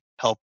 help